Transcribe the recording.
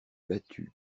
battu